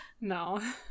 No